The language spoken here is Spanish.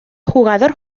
jugador